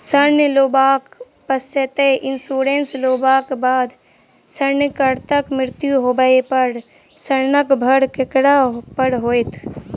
ऋण लेबाक पिछैती इन्सुरेंस लेबाक बाद ऋणकर्ताक मृत्यु होबय पर ऋणक भार ककरा पर होइत?